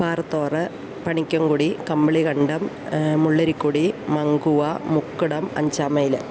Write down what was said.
പാറത്തോട് പണിക്കങ്കുടി കമ്പളികണ്ടം മുള്ളരിക്കുടി മങ്കുവ മുക്കടം അഞ്ചാം മൈൽ